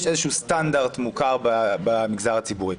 יש איזשהו סטנדרט מוכר במגזר הציבורי.